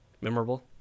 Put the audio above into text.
memorable